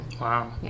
Wow